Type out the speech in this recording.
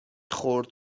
خرد